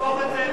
תהפוך את זה